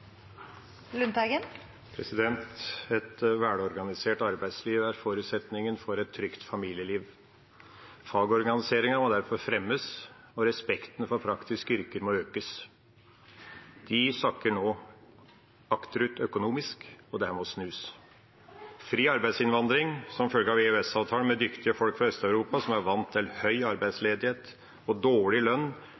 kompetanseutviklingen. Et velorganisert arbeidsliv er forutsetningen for et trygt familieliv. Fagorganiseringen må derfor fremmes, og respekten for praktiske yrker må økes. De sakker nå akterut økonomisk, og dette må snus. Fri arbeidsinnvandring som følge av EØS-avtalen, med dyktige folk fra Øst-Europa som er vant til høy